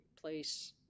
place